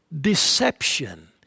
deception